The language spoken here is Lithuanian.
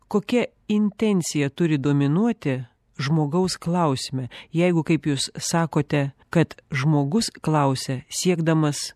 kokia intencija turi dominuoti žmogaus klausime jeigu kaip jūs sakote kad žmogus klausia siekdamas